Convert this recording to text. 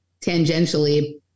tangentially